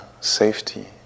safety